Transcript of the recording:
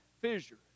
fissure